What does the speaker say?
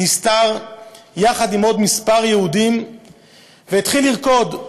נסתר יחד עם עוד מספר יהודים והתחיל לרקוד.